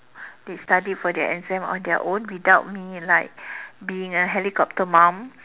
they study for their exam on their own without me like being a helicopter mom